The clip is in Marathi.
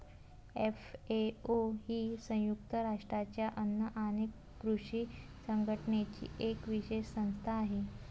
एफ.ए.ओ ही संयुक्त राष्ट्रांच्या अन्न आणि कृषी संघटनेची एक विशेष संस्था आहे